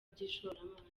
by’ishoramari